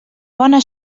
bona